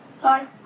Hi